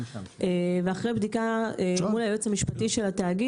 אחרי בדיקה מול היועץ המשפטי של התאגיד